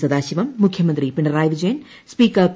സദാശിവം മുഖ്യമന്ത്രി Pinarayi Vijayan speaker P